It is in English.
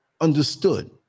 understood